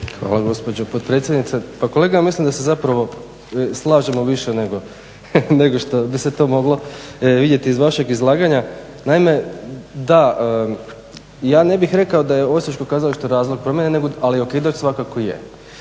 hvala gospođo potpredsjednice. Pa kolega ja mislim da se zapravo slažemo više nego što bi se to moglo vidjeti iz vašeg izlaganja. Naime, da ja ne bih rekao da je Osječko kazalište razlog promjene, ali okidač svakako je